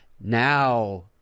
Now